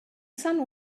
sun